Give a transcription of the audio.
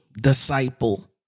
disciple